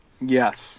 Yes